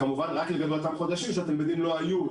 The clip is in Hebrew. כמובן שרק לגבי אותם חודשים שהתלמידים לא היו,